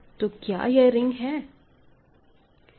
तो क्या यह रिंग है